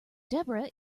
debra